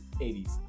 80s